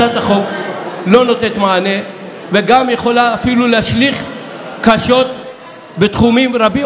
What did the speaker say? הצעת החוק לא נותנת מענה וגם יכולה אפילו להשליך קשות בתחומים רבים,